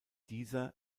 dieser